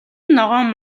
ногоон